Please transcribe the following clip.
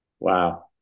Wow